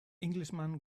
englishman